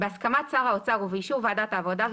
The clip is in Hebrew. בהסכמת שר האוצר ובאישור ועדת העבודה,